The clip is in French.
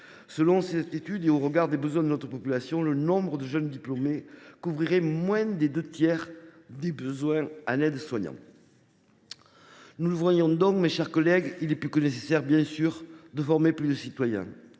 Selon cette étude et au regard des besoins de notre population, le nombre de jeunes diplômés couvrirait moins des deux tiers des besoins en aides soignants. Nous le voyons, mes chers collègues, il est plus que nécessaire de former plus de soignants.